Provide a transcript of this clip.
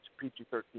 PG-13